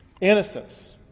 innocence